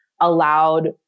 allowed